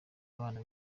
abana